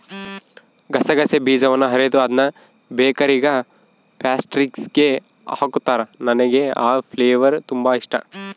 ಗಸಗಸೆ ಬೀಜದವನ್ನ ಅರೆದು ಅದ್ನ ಬೇಕರಿಗ ಪ್ಯಾಸ್ಟ್ರಿಸ್ಗೆ ಹಾಕುತ್ತಾರ, ನನಗೆ ಆ ಫ್ಲೇವರ್ ತುಂಬಾ ಇಷ್ಟಾ